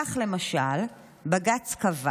כך, למשל, בג"ץ קבע